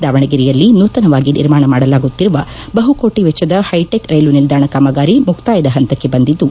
ದಾವಣಗೆರೆಯಲ್ಲಿ ನೂತನವಾಗಿ ನಿರ್ಮಾಣ ಮಾಡಲಾಗುತ್ತಿರುವ ಬಹುಕೋಟಿ ವೆಚ್ವದ ಹೈಟಿಕ್ ರೈಲು ನಿಲ್ದಾಣ ಕಾಮಗಾರಿ ಮುಕ್ತಾಯದ ಹಂತಕ್ಕೆ ಬಂದಿದ್ದು